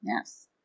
Yes